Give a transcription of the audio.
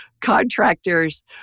contractor's